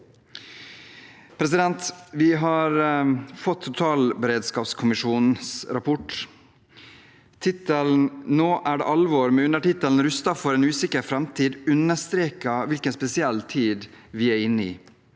overholdes. Vi har fått totalberedskapskommisjons rapport. Tittelen «Nå er det alvor – Rustet for en usikker fremtid» understreker hvilken spesiell tid vi er inne i.